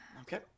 Okay